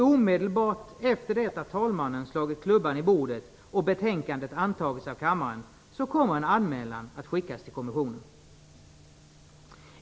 Omedelbart efter det att talmannen slagit klubban i bordet och betänkandet antagits av kammaren kommer en anmälan att skickas till kommissionen.